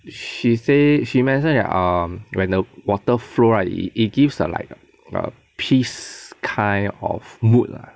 she say she mentioned that um when the water flow right it gives a like a peace kind of mood lah